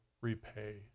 repay